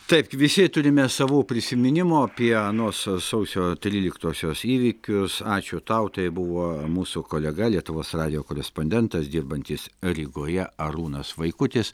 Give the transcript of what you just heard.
taip visi turime savų prisiminimų apie anos sausio tryliktosios įvykius ačiū tau tai buvo mūsų kolega lietuvos radijo korespondentas dirbantis rygoje arūnas vaikutis